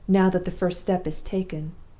now that the first step is taken.